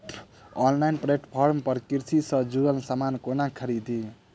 Online platform पर कृषि सँ जुड़ल समान कोना खरीदी?